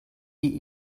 die